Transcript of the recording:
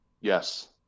yes